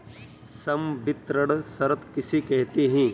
संवितरण शर्त किसे कहते हैं?